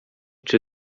czy